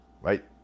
Right